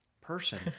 person